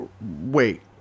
wait